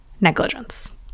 negligence